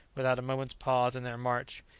without a moment's pause in their march.